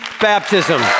baptism